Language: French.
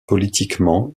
politiquement